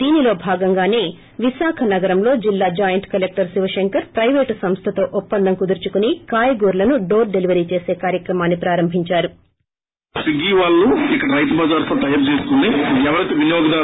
దీనిలో భాగంగానే విశాఖ నగరంలో జిల్లా జాయింట్ కలెక్లర్ శివశంకర్ పైవేటు సంస్లతో ఒప్పందం కుదుర్చుకుని కాయగూరలను డోర్ డెలివరీ చేసే కార్యక్రమాన్ని ప్రారంభించారు